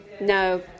no